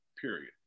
period